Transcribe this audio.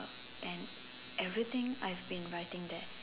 and everything I've been writing there